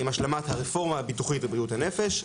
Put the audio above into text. עם השלמת הרפורמה הביטוחית בבריאות הנפש,